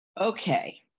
Okay